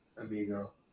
amigo